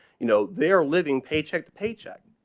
you know they are living paycheck to paycheck.